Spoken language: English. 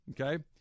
okay